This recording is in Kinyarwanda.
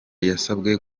yasabwe